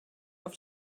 auf